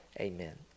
Amen